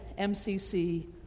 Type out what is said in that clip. MCC